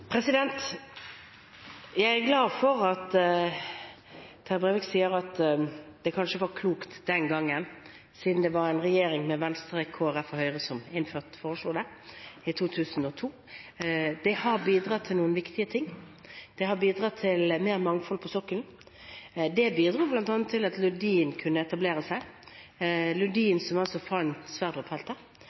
Jeg er glad for at Terje Breivik sier at det kanskje var klokt den gangen, siden det var en regjering med Venstre, Kristelig Folkeparti og Høyre som foreslo det, i 2002. Det har bidratt til noen viktige ting. Det har bidratt til mer mangfold på sokkelen. Det bidro bl.a. til at Lundin kunne etablere seg – Lundin, som altså